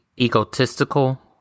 egotistical